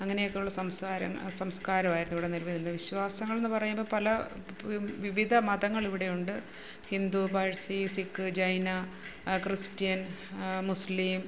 അങ്ങനെക്കെയുള്ള സംസാരം സസ്കാരമായിരുന്നു ഇവിടെ നിലനിന്നത് വിശ്വാസങ്ങൾ എന്ന് പറയുമ്പം പല വിവിധ മതങ്ങൽ ഇവിടെയുണ്ട് ഹിന്ദു പാഴ്സി സിക്ക് ജൈന ക്രിസ്റ്റ്യയൻ മുസ്ലിം